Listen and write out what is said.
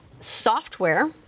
software